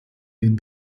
den